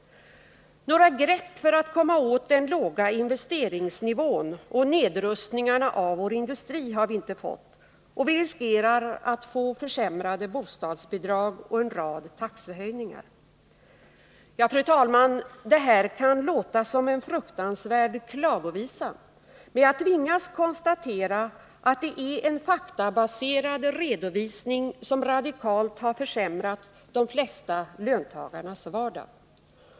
Några grepp för att komma åt den låga investeringsnivån och nedrustningen av vår industri har vi inte fått. Och vi riskerar att få försämrade bostadsbidrag och en rad taxehöjningar. Fru talman! Det här kan låta som en fruktansvärd klagovisa, men jag tvingas konstatera att detta är en faktabaserad redovisning som gäller något som radikalt har försämrat de flesta löntagares vardag.